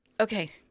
Okay